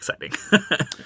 exciting